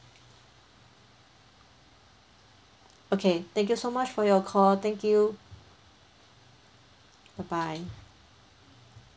okay thank you so much for your call thank you bye bye